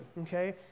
okay